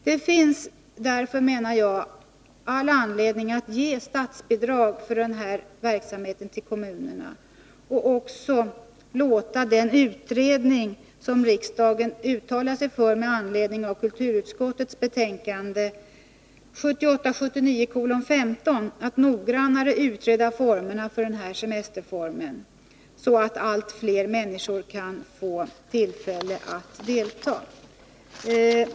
Det finns därför, menar jag, all anledning att ge statsbidrag för den här verksamheten till kommunerna och också att låta den utredning som riksdagen uttalade sig för med anledning av kulturutskottets betänkande 1978/79:15 noggrannare utreda formerna för den här semesterformen, så att allt fler människor kan få tillfälle att delta.